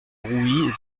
rouit